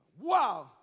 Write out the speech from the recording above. Wow